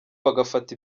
bagafata